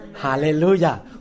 Hallelujah